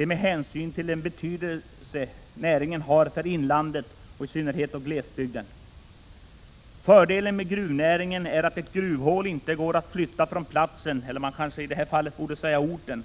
Med hänsyn till den betydelse näringen har för inlandet och i synnerhet glesbygden måste det vara riktigt att staten blir aktivare på detta område. Fördelen med gruvnäringen är att ett gruvhål inte går att flytta från platsen, eller man kanske i detta fall borde säga orten.